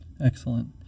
Excellent